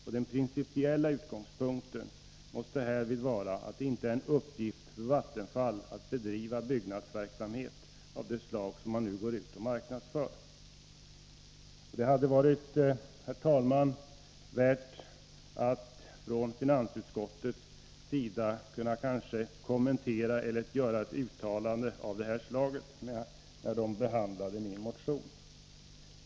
Och den principiella utgångspunkten måste härvid vara att det inte är en uppgift för Vattenfall att bedriva en byggnadsverksamhet av det slag som man nu går ut och marknadsför. Herr talman! Det hade varit värt att finansutskottet hade gjort en kommentar eller ett uttalande av det här slaget när utskottet behandlade min motion.